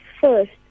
first